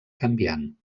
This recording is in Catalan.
canviant